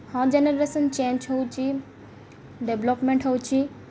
ହଁ generation change ହେଉଛି development ହେଉଛି